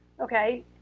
okay